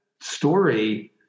story